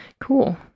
Cool